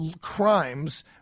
crimes